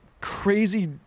crazy